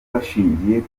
bashingiye